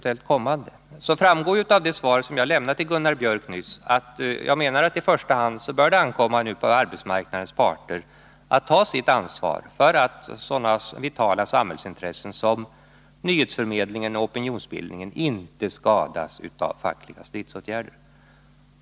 Jag vill då säga att det framgår av det svar jag lämnat till Gunnar Biörck att jag menar att det i första hand bör ankomma på arbetsmarknadens parter att ta sitt ansvar för att sådana vitala samhällsintressen som nyhetsförmedlingen och opinionsbildningen inte skadas av fackliga stridsåtgärder.